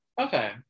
okay